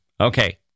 Okay